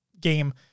game